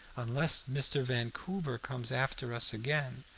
unless mr. vancouver comes after us again.